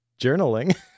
journaling